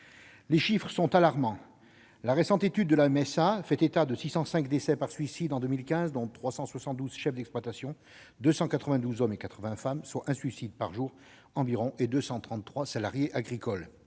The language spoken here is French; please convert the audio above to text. Les chiffres sont alarmants : la récente étude de la MSA fait état de 605 décès par suicide en 2015, dont 372 chefs d'exploitation- 292 hommes et 80 femmes, soit un suicide par jour environ -et 233 salariés agricoles.